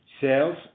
Sales